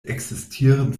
existieren